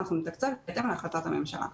אנחנו נתקצב בהתאם להחלטת הממשלה.